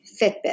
Fitbit